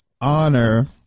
honor